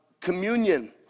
communion